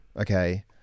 Okay